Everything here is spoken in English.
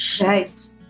Right